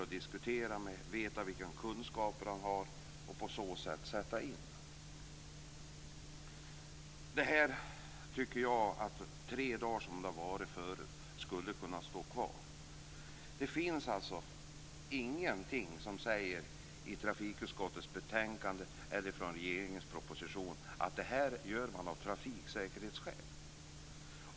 Jag tycker att det skulle kunna fortsätta att vara tre dagar som det har varit förut. Det finns alltså ingenting i trafikutskottets betänkande eller i regeringens proposition som säger att man gör det här av trafiksäkerhetsskäl.